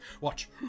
Watch